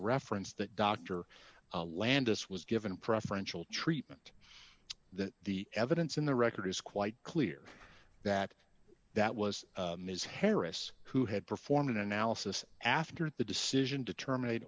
reference that dr landis was given preferential treatment that the evidence in the record is quite clear that that was ms harris who had performed an analysis after the decision to terminate